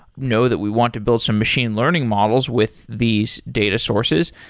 know that we want to build some machine learning models with these data sources.